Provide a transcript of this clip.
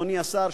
אדוני השר,